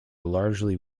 largely